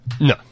No